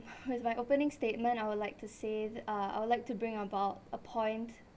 as my opening statement I would like to say uh I would like to bring about a point